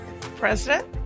president